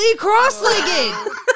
cross-legged